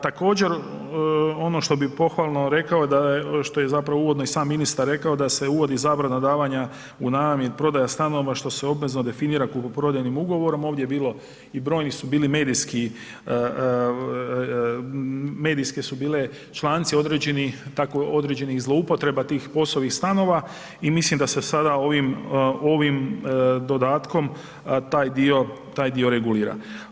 Također ono što bi pohvalno rekao da je, što je zapravo uvodno i sam ministar rekao da se uvodi zabrana davanja u najam i prodaja stanova, što se obvezno definira kupoprodajnim ugovorom, ovdje je bilo i brojni su bili i medijski, medijske su bile članci određeni, tako određenih zloupotreba tih POS-ovih stanova i mislim da se sada ovim, ovim dodatkom taj dio, taj dio regulira.